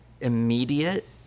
immediate